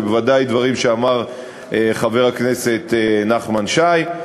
ובוודאי דברים שאמר חבר הכנסת נחמן שי,